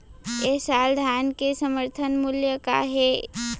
ए साल धान के समर्थन मूल्य का हे?